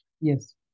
Yes